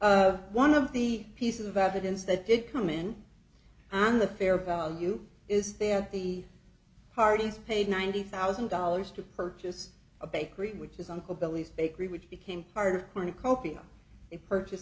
one of the pieces of evidence that did come in on the fair value is there the parties paid ninety thousand dollars to purchase a bakery which is an obelisk bakery which became part of cornucopia if purchased